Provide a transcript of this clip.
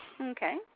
Okay